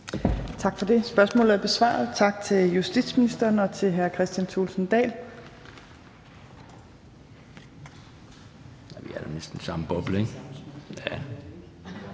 Tak for det. Spørgsmålet er besvaret, så tak til justitsministeren og til hr. Kristian Thulesen Dahl. Det næste spørgsmål er til